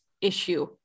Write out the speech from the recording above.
issue